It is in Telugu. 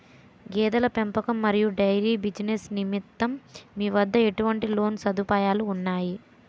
గేదెల పెంపకం మరియు డైరీ బిజినెస్ నిమిత్తం మీ వద్ద ఎటువంటి లోన్ సదుపాయాలు ఉన్నాయి?